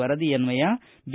ವರದಿಯನ್ನಯ B